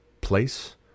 place